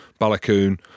Balakoon